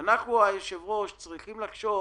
אנחנו צריכים לחשוב